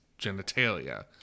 genitalia